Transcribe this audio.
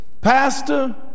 pastor